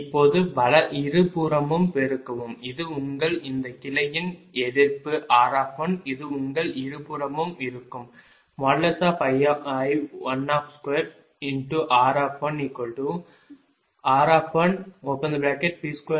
இப்போது இருபுறமும் பெருக்கவும் இது உங்கள் இந்த கிளையின் எதிர்ப்பு r இது உங்கள் இருபுறமும் இருக்கும் I12rrP22Q2V22